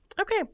Okay